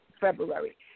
February